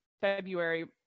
February